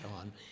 on